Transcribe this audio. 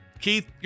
Keith